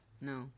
No